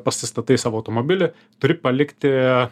pasistatai savo automobilį turi palikti